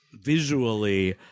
visually